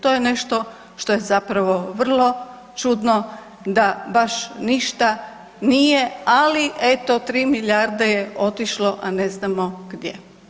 To je nešto što je zapravo vrlo čudno da baš ništa nije, ali eto 3 milijarde je otišlo, a ne znamo gdje.